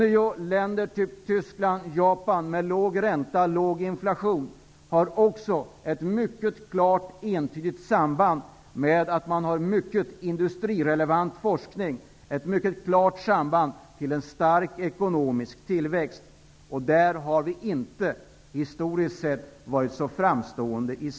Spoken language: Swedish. I länder, exempelvis Tyskland och Japan, med låg ränta och låg inflation finns det också ett mycket klart och entydigt samband mellan omfattande industrirelevant forskning och stark ekonomisk tillväxt. Där har vi i Sverige historiskt sett inte varit så framstående.